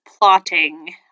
plotting